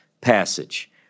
passage